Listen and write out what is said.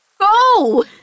Go